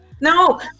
No